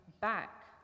back